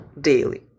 daily